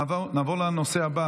נעבור לנושא הבא,